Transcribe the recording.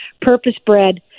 purpose-bred